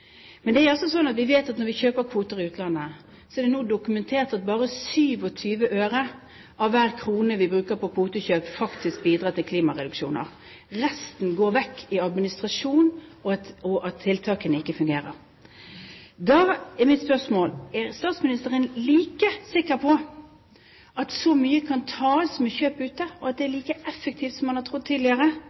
Men når vi kjøper kvoter i utlandet, er det nå dokumentert at bare 27 øre av hver krone vi bruker på kvotekjøp, faktisk bidrar til klimareduksjoner. Resten går bort til administrasjon, og tiltakene fungerer ikke. Da er mitt spørsmål: Er statsministeren like sikker på at så mye kan tas med kjøp ute, at det er like effektivt som han har trodd tidligere?